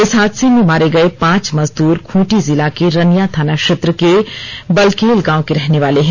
इस हादसे में मारे गए पांच मजदूर खूंटी जिला के रनियां थाना क्षेत्र के बलंकेल गांव के रहने वाले हैं